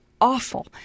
awful